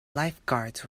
lifeguards